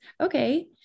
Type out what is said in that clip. Okay